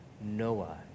Noah